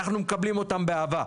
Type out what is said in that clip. אנחנו מקבלים אותם באהבה.